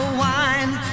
wine